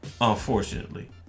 unfortunately